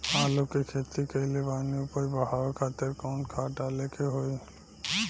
आलू के खेती कइले बानी उपज बढ़ावे खातिर कवन खाद डाले के होई?